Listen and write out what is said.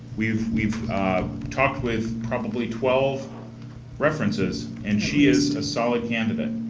we've we've talked with probably twelve references, and she is a solid candidate.